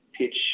pitch